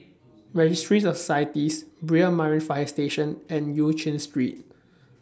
Registry of Societies Brani Marine Fire Station and EU Chin Street